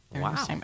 Wow